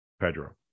Pedro